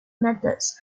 methods